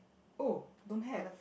oh don't have